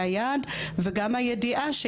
זאת אומרת,